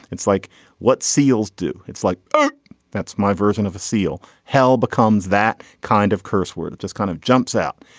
it's like what seals do. it's like that's my version of a seal. hell becomes that kind of curse word. it just kind of jumps out.